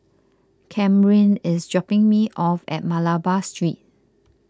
Kamryn is dropping me off at Malabar Street